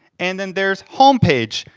and then there's homepage.